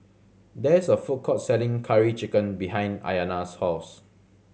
there is a food court selling Curry Chicken behind Ayana's house